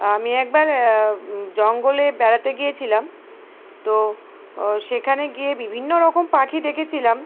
আমি একবার জঙ্গলে বেড়াতে গিয়েছিলাম তো সেখানে গিয়ে বিভিন্ন রকম পাখি দেখেছিলাম